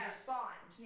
respond